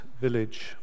village